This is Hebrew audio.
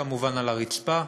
כמובן, על הרצפה.